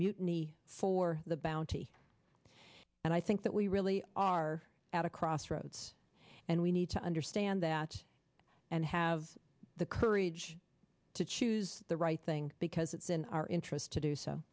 mutiny for the bounty and i think that we really are at a crossroads and we need to understand that and have the courage to choose the right thing because it's in our interest to do so